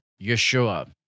Yeshua